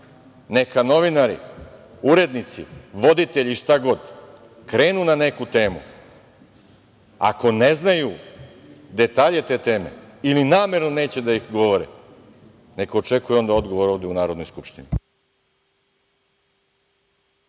neka novinari, urednici, voditelji, šta god, krenu na neku temu, ako ne znaju detalje te teme ili namerno neće da ih govore, neka očekuju odgovor onda ovde u Narodnoj skupštini.